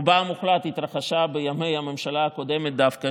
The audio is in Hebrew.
רובה המוחלט התרחש בימי הממשלה הקודמת דווקא,